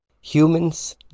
humans